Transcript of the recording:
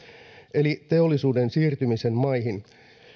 eli teollisuuden siirtymisen maihin